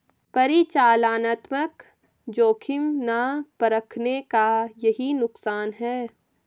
परिचालनात्मक जोखिम ना परखने का यही नुकसान है